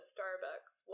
Starbucks